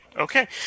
Okay